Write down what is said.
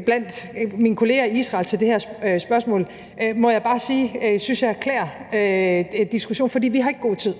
blandt mine kolleger i Israel til det her spørgsmål, må jeg bare sige at jeg synes klæder diskussionen, for vi har ikke god tid.